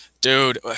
dude